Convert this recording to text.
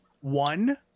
One